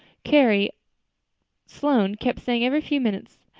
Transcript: carrie sloane kept saying every few minutes,